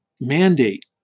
mandate